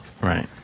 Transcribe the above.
Right